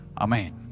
Amen